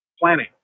planning